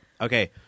Okay